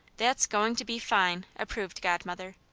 that's going to be fine! approved godmother.